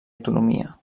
autonomia